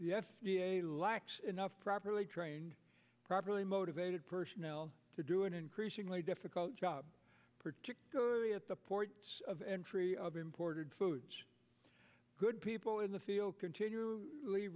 food lax enough properly trained properly motivated personnel to do an increasingly difficult job particularly at the ports of entry of imported foods good people in the field continue